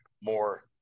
more